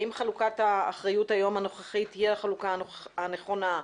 האם חלוקת האחריות הנוכחית היום היא החלוקה הנכונה?